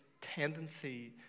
tendency